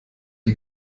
die